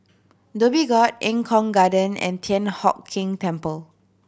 Dhoby Ghaut Eng Kong Garden and Thian Hock Keng Temple